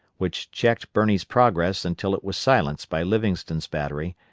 which checked birney's progress until it was silenced by livingston's battery,